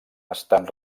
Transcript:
estan